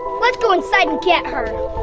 let's go inside and get her.